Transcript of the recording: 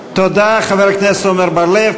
תודה, חבר הכנסת עמר בר-לב.